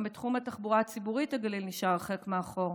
גם בתחום התחבורה הציבורית הגליל נשאר הרחק מאחור.